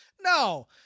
No